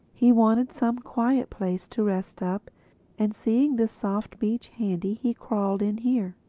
he wanted some quiet place to rest up and seeing this soft beach handy he crawled in here.